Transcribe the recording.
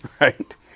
Right